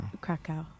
Krakow